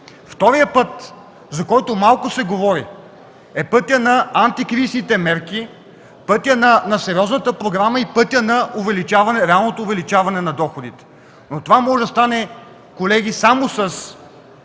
Вторият път, за който малко се говори, е пътят на антикризисните мерки, пътят на сериозната програма и пътят на реалното увеличаване на доходите. Но това може да стане, колеги, само с